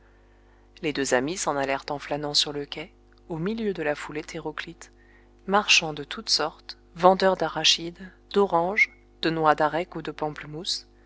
les deux amis s'en allèrent en flânant sur le quai au milieu de la foule hétéroclite marchands de toutes sortes vendeurs d'arachides d'oranges de noix d'arec ou de pamplemousses